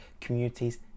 communities